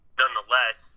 nonetheless